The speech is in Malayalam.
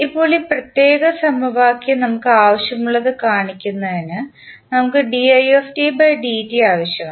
ഇപ്പോൾ ഈ പ്രത്യേക സമവാക്യം നമുക്ക് ആവശ്യമുള്ളത് കാണിക്കുന്നതിന് നമുക്ക് ആവശ്യമാണ്